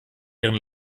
ihren